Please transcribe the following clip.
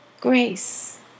grace